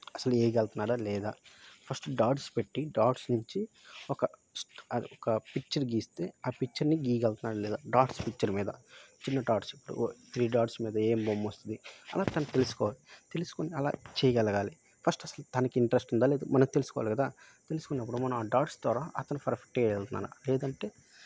అసలు వేయగలుతున్నారా లేదా ఫస్ట్ డాట్స్ పెట్టి డాట్స్ నుంచి ఒక ఒక పిక్చర్ గీస్తే ఆ పిక్చర్ని గీయగలుతున్నాడా లేదా డాట్స్ పిక్చర్ మీద చిన్న డాట్స్ ఇప్పుడు త్రీ డాట్స్ మీద ఏమి బోమ్మ వస్తుంది అలా తను తెలుసుకోవాలి తెలుసుకొని అలా చేయగలగాలి ఫస్ట్ అసలు తనకి ఇంటరెస్ట్ ఉందా లేదా మనం తెలుసుకోవాలి కద తెలుసుకున్నప్పుడు మనం ఆ డాట్స్ ద్వారా అతను ఫర్ఫెక్ట్ వేయగలుతున్నాడు లేదంటే